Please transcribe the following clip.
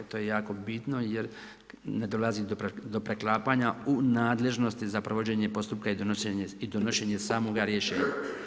To je jako bitno jer ne dolazi do preklapanja u nadležnosti za provođenje postupka i donošenje samoga rješenja.